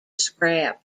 scrap